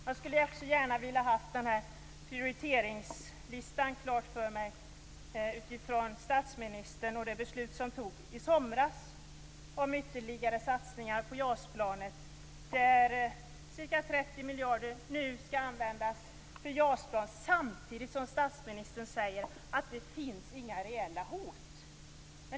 Jag skulle också gärna ha velat få statsministerns prioriteringslista utifrån det beslut som togs i somras om ytterligare satsningar på JAS-planet. Ca 30 miljarder skall nu användas till JAS-planet samtidigt som statsministern säger att det inte finns några reella hot.